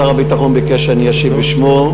שר הביטחון ביקש שאני אשיב בשמו,